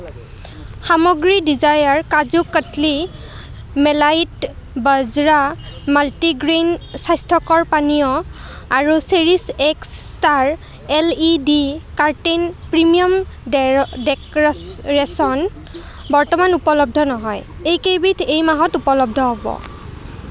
সামগ্ৰী ডিজায়াৰ কাজু কাটলি মেলাইত বাজ্ৰা মাল্টিগ্ৰেইন স্বাস্থ্যকৰ পানীয় আৰু cherish X star L E D curtain premium ডেৰ ডেক'ৰেচন বৰ্তমান উপলব্ধ নহয় এইকেইবিধ এই মাহত উপলব্ধ হ'ব